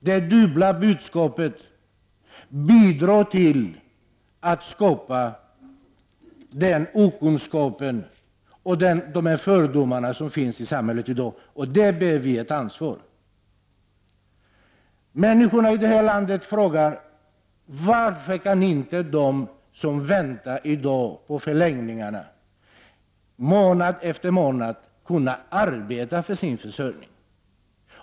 Det dubbla budskapet bidrar till att skapa den okunskap och de fördomar som i dag finns i samhället, och för detta bär vi ett ansvar. Människorna i det här landet frågar: Varför kan inte de som i dag väntar månad efter månad på förläggningarna arbeta för sin försörjning?